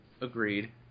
Agreed